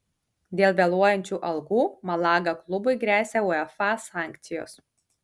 dėl vėluojančių algų malaga klubui gresia uefa sankcijos